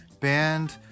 band